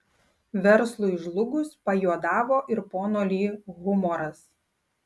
verslui žlugus pajuodavo ir pono li humoras